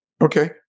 Okay